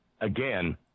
Again